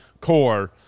core